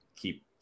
keep